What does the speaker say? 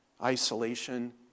isolation